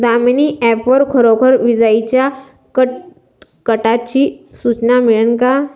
Damini app वर खरोखर विजाइच्या कडकडाटाची सूचना मिळन का?